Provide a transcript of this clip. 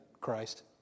Christ